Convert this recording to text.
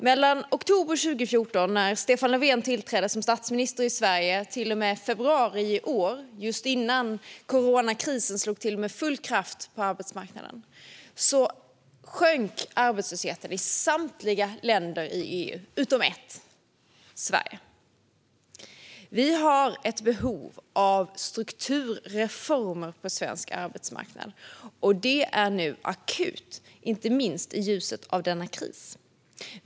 Mellan oktober 2014, när Stefan Löfven tillträdde som statsminister i Sverige, och februari i år, just innan coronakrisen slog till mot arbetsmarknaden, sjönk arbetslösheten i samtliga länder i EU utom ett: Sverige. Vi har ett behov av strukturreformer på svensk arbetsmarknad, och det är nu akut, inte minst i ljuset av krisen.